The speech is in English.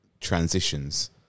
transitions